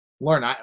Learn